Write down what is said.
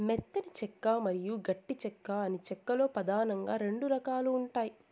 మెత్తని చెక్క మరియు గట్టి చెక్క అని చెక్క లో పదానంగా రెండు రకాలు ఉంటాయి